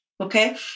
okay